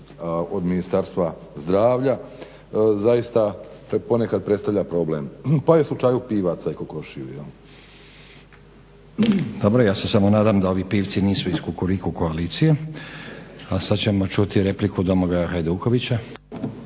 od Ministarstva zdravlja, zaista ponekad predstavlja problem pa i u slučaju pivaca i kokoši, jel? **Stazić, Nenad (SDP)** Dobro, ja se samo nadam da ovi pivci nisu iz Kukuriku koalicije. A sad ćemo čuti repliku Domagoja Hajdukovića.